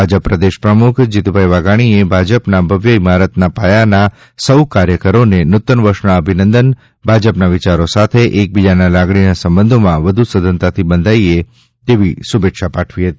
ભાજપ પ્રદેશ પ્રમુખ જીતુભાઈ વાઘાણીએ ભાજપના ભવ્ય ઇમારતના પાયાના સૌ કાર્યકરોને નૂતનવર્ષના અભિનંદન પાઠવતા ભાજપના વિયારો સાથે એકબીજાના લાગણીના સંબંધોમાં વધુ સઘનતાથી બંધાઈએ તેવી શુભેચ્છા પાઠવી હતી